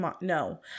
No